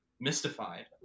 mystified